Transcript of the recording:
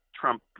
Trump